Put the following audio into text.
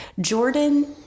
Jordan